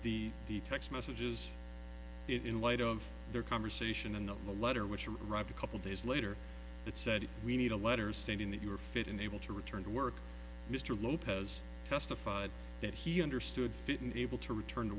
the the text messages in light of their conversation and a letter which arrived a couple days later it said we need a letter stating that you were fit and able to return to work mr lopez testified that he understood fit and able to return to